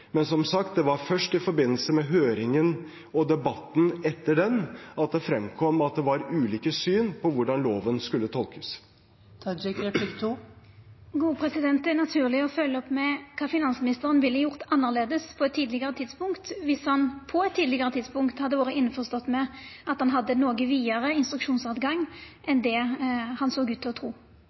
Men som sagt, det var først i forbindelse med høringen og debatten etter den at det fremkom at det var ulike syn på hvordan loven skulle tolkes. Det er naturleg å følgja opp med å spørja om kva finansministeren ville gjort annleis på eit tidlegare tidspunkt viss han – på eit tidlegare tidspunkt – hadde vore innforstått med at han hadde ein noko vidare instruksjonsrett enn det han såg ut til å tru.